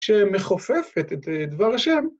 שמכופפת את דבר השם.